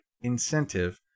incentive